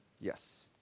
Yes